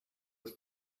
have